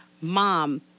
Mom